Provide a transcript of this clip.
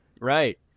Right